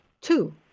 Two